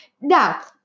Now